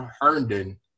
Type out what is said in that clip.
Herndon